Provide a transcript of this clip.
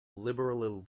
liberal